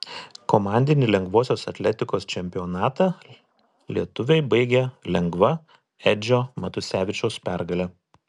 komandinį lengvosios atletikos čempionatą lietuviai baigė lengva edžio matusevičiaus pergale